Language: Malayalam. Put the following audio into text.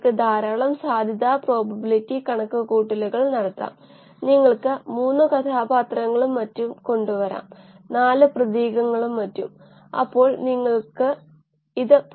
പുതിയതോ പരിഷ്കരിച്ചതോ ആയ ഉൽപാദന പ്രക്രിയകൾ ആദ്യം സ്കെയിൽ ഡൌൺ രീതിയിൽ പരീക്ഷിക്കുന്നു